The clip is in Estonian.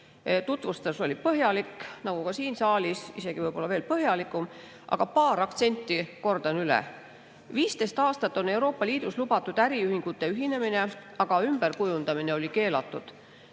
Tutvustus oli põhjalik nagu ka siin saalis, isegi veel põhjalikum, aga paar aktsenti kordan üle.15 aastat on Euroopa Liidus olnud lubatud äriühingute ühinemine, aga ümberkujundamine oli seni keelatud.